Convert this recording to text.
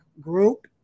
group